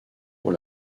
pour